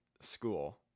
school